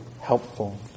helpful